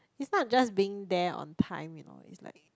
it's not just being there on time you know it's like